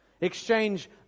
exchange